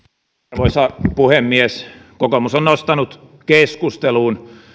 arvoisa puhemies kokoomus on nostanut keskusteluun